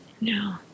No